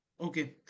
Okay